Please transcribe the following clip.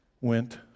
went